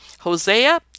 Hosea